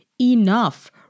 enough